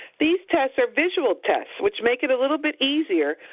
these tests are visual tests, which make it a little bit easier,